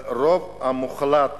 והרוב המוחלט